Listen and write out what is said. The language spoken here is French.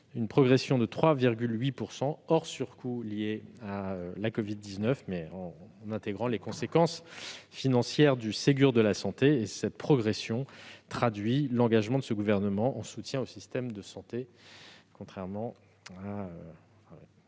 ne prend pas en compte les surcoûts liés à la covid-19, mais intègre bien les conséquences financières du Ségur de la santé. Cette progression traduit donc l'engagement de ce gouvernement en soutien au système de santé, contrairement à